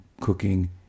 cooking